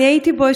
אני הייתי בו,